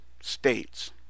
states